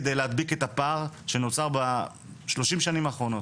כדי להדביק את הפער שנוצר בשלושים השנים האחרונות.